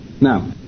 Now